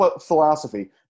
philosophy